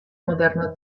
moderno